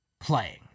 playing